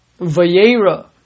Vayera